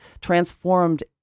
transformed